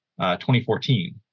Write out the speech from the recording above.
2014